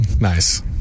Nice